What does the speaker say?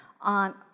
on